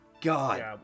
God